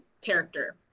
character